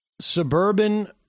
Suburban